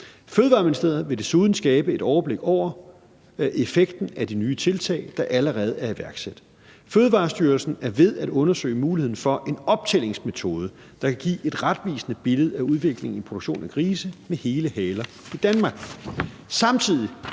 Fødevareministeriet vil desuden skabe et overblik over effekten af de nye tiltag, der allerede er iværksat. Fødevarestyrelsen er ved at undersøge muligheden for en optællingsmetode, der kan give et retvisende billede af udviklingen i produktion af grise med hele haler i Danmark.